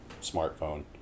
smartphone